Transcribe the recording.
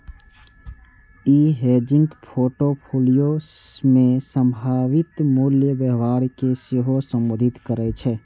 ई hedging portfolio मे संभावित मूल्य व्यवहार कें सेहो संबोधित करै छै